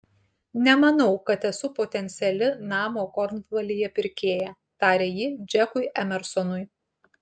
nemanau kad esu potenciali namo kornvalyje pirkėja tarė ji džekui emersonui